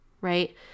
Right